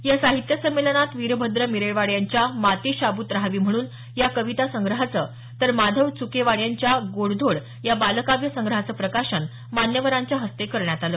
या साहित्य संमेलनात वीरभद्र मिरेवाड यांच्या माती शाबूत राहावी म्हणून या कविता संग्रहाचं तर माधव च्केवाड यांच्या गोडधोड या बालकाव्य संग्रहाचं प्रकाशन मान्यवरांच्या हस्ते करण्यात आलं